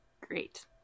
Great